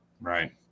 Right